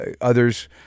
others